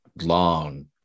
long